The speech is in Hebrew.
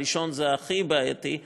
הראשון זה הכי בעייתי;